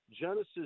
genesis